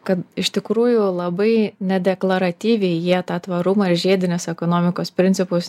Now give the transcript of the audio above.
kad iš tikrųjų labai nedeklaratyviai jie tą tvarumą ir žiedinės ekonomikos principus